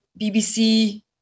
BBC